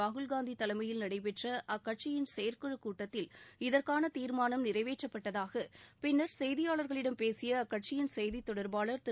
ராகுல் காந்தி தலைமையில் நடைபெற்ற அக்கட்சியின் செயற்குழுக் கூட்டத்தில் இதற்கான தீர்மானம் நிறைவேற்றப்பட்டதாக பின்னர் செய்தியாளர்களிடம் பேசிய அக்கட்சியின் செய்தித்தொடர்பாளர் திரு